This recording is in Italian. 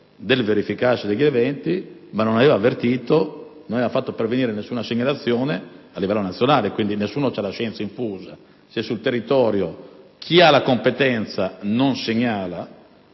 del verificarsi degli eventi, ma non aveva fatto pervenire alcuna segnalazione al livello nazionale. Ebbene, nessuno ha la scienza infusa: se sul territorio chi ha la competenza non segnala